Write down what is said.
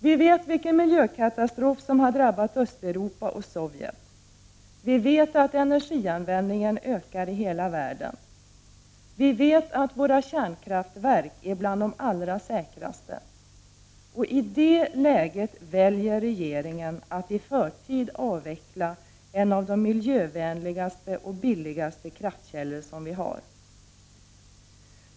Vi vet vilken miljökatastrof som har drabbat Östeuropa och Sovjet, vi vet att energianvändningen ökar i hela världen och vi vet att våra kärnkraftsverk hör till de allra säkraste. I detta läge väljer regeringen att i förtid avveckla en av de miljövänligaste och billigaste kraftkällor som vi har.